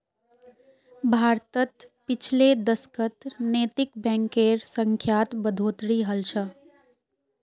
भारतत पिछले दशकत नैतिक बैंकेर संख्यात बढ़ोतरी हल छ